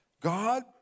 God